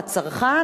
לצרכן,